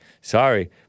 Sorry